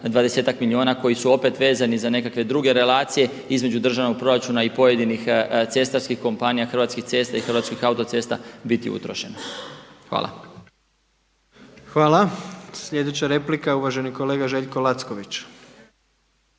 bih 20-tak milijuna koji su opet vezani za nekakve druge relacije između državnog proračuna i pojedinih cestarskih kompanija Hrvatskih cesta i Hrvatskih autocesta biti utrošeno. Hvala. **Jandroković, Gordan (HDZ)** Hvala. Sljedeća replika je uvaženi kolega Željko Lacković.